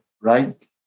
right